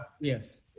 Yes